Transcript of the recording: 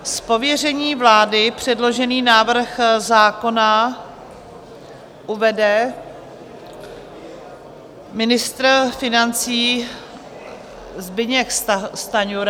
Z pověření vlády předložený návrh zákona uvede ministr financí Zbyněk Stanjura.